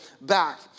back